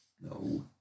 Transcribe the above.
No